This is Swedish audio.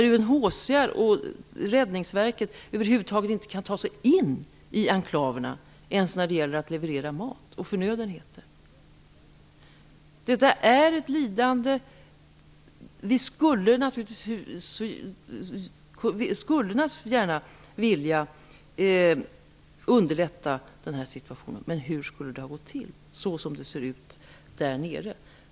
UNHCR och Räddningsverket kan ju över huvud taget inte ens ta sig in i enklaverna för att leverera mat och förnödenheter. Detta är ett lidande. Vi skulle naturligtvis gärna vilja underlätta den här situationen. Men hur skall det gå till så som det ser ut där nere?